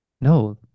No